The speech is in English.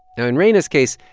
now, in reina's case,